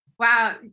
Wow